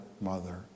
mother